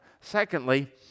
Secondly